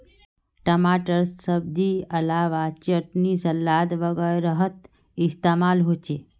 टमाटर सब्जिर अलावा चटनी सलाद वगैरहत इस्तेमाल होचे